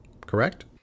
correct